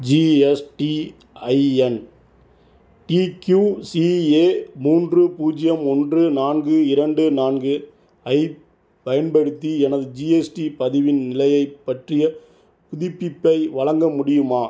GSTIN D Q C A மூன்று பூஜ்ஜியம் ஒன்று நான்கு இரண்டு நான்கு ஐப் பயன்படுத்தி எனது ஜிஎஸ்டி பதிவின் நிலையைப் பற்றிய புதுப்பிப்பை வழங்க முடியுமா